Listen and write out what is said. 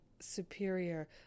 Superior